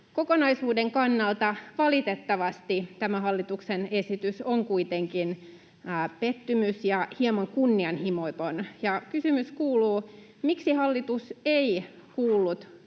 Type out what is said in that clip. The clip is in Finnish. Kokonaisuuden kannalta valitettavasti tämä hallituksen esitys on kuitenkin pettymys ja hieman kunnianhimoton. Kysymys kuuluu: miksi hallitus ei kuullut